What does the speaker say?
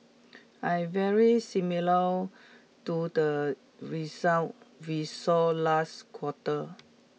I very similar to the results we saw last quarter